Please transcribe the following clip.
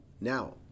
now